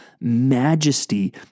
majesty